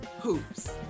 hoops